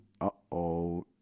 uh-oh